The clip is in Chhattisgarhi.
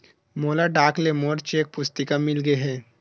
मोला डाक ले मोर चेक पुस्तिका मिल गे हे